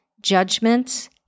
judgments